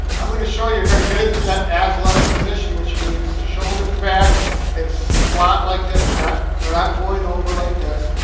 i'm gonna show you, you're gonna get into that athletic position, which means shoulders back and squat like this. we're not not going over like this.